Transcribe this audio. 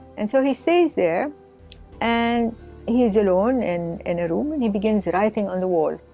and so he stays there and he is alone and in a room and he begins writing on the wall.